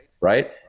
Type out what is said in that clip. right